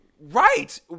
Right